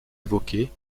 évoquée